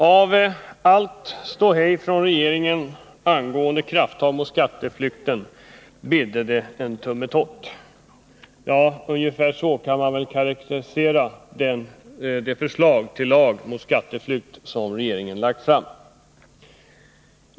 Herr talman! Av allt ståhej från regeringen angående krafttag mot skatteflykten ”bidde det en tummetott”. Ungefär så kan man väl karakterisera det förslag till lag mot skatteflykt som regeringen lagt fram.